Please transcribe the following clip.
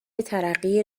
ترقی